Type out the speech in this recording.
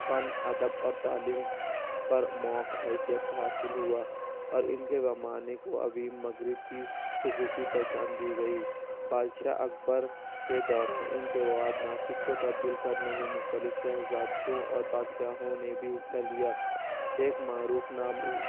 فن ادب اور تعلیم پر موک حیثیت حاصل ہوا اور ان کے زمانہ کو ابھی مغرب کی خصوصی پہچان دی گئی بادشاہ اکبر کے دوران ان کے بعد ناسک کو تبدیل کرنے میں مختلف شہزادوں اور بادشاہوں نے بھی حصہ لیا ایک معروف نام